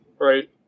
Right